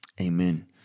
Amen